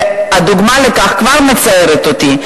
הדוגמה לכך כבר מצערת אותי,